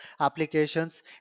applications